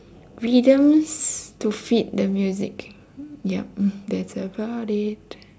rhythms to fit the music yup that's about it